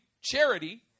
charity